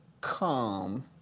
Come